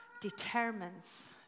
determines